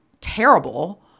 terrible